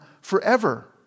forever